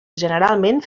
generalment